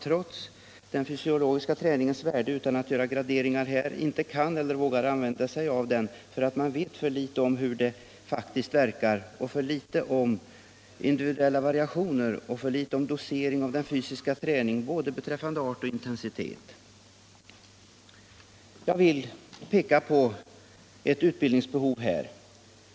Trots den fysiska träningens värde vågar man inte använda sig av den, eftersom man vet för litet om hur den faktiskt verkar, för litet om de individuella variationerna och om doseringen av den fysiska träningen när det gäller både art och intensitet. Jag vill peka på behovet av utbildning här.